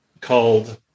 called